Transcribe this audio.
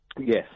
Yes